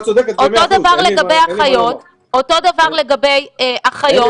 אותו דבר לגבי אחיות,